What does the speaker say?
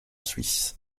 suisse